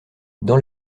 dans